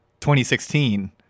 2016